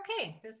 okay